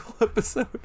episode